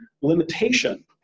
limitation